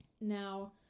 Now